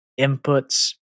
inputs